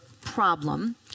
problem